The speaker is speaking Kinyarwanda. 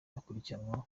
agakurikiranwa